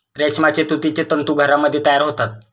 रेशमाचे तुतीचे तंतू घरामध्ये तयार होतात